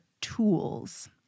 tools